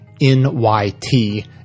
NYT